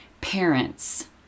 parents